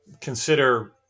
consider